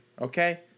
okay